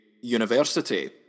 university